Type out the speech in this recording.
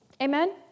Amen